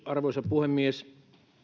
arvoisa puhemies